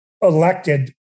elected